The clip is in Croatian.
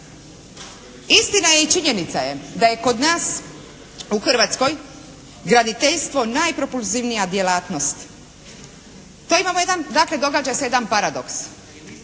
Istina je i činjenica je da je kod nas u Hrvatskoj graditeljstvo najprokluzivnija djelatnost. To imamo jedan, dakle događa se jedan paradoks.